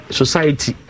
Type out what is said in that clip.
society